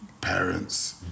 parents